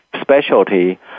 specialty